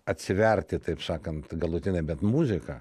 atsiverti taip sakant galutinai bet muzika